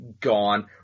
gone